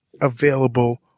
available